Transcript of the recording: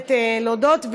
בהחלט להודות.